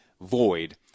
void